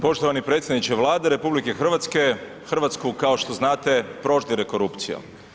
Poštovani predsjedniče Vlade RH, Hrvatsku kao što znate proždire korupcija.